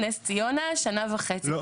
נס ציונה, שנה וחצי כבר.